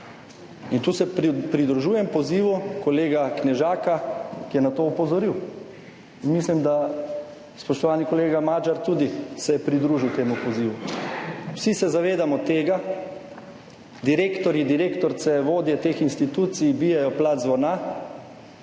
In tu se pridružujem pozivu kolega Knežaka, ki je na to opozoril. Mislim, da se je spoštovani kolega Magyar tudi pridružil temu pozivu. Vsi se zavedamo tega. Direktorji, direktorice, vodje teh institucij, bijejo plat zvona,